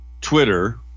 Twitter